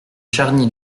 charny